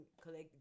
collect